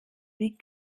wie